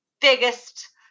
biggest